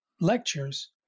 lectures